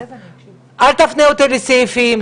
אז אל תפנה אותי לסעיפים,